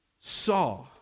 saw